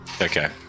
Okay